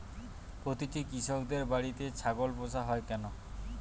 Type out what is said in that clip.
প্রতিটি কৃষকদের বাড়িতে ছাগল পোষা হয় কেন?